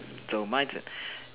so my turn